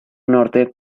norte